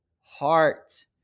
heart